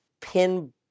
pin